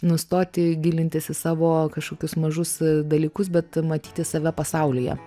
nustoti gilintis į savo kažkokius mažus dalykus bet matyti save pasaulyje